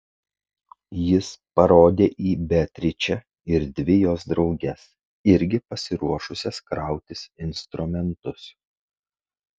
jis parodė į beatričę ir dvi jos drauges irgi pasiruošusias krautis instrumentus